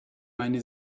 meine